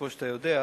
כמו שאתה יודע,